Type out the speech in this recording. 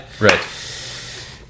Right